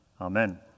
Amen